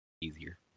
easier